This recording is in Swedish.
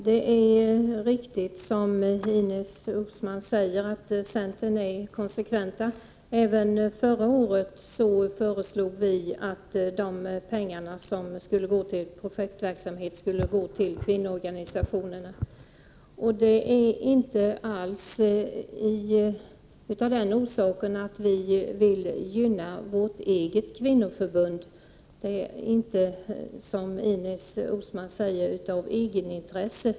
Herr talman! Det är riktigt, som Ines Uusmann säger, att centern är konsekvent. Även förra året föreslog vi att pengar till projektverksamhet skulle gå till kvinnoorganisationerna. Det gör vi inte alls av den orsaken att vi vill gynna vårt eget kvinnoförbund — det är inte, som Ines Uusmann säger, ett egenintresse.